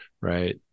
right